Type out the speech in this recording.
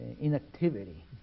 inactivity